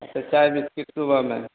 अच्छा चाय बिस्किट सुबह में